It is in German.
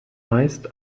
meist